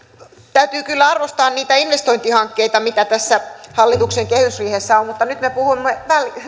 täytyy kyllä arvostaa niitä investointihankkeita mitä tässä hallituksen kehysriihessä on mutta nyt me puhumme